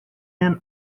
and